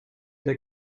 der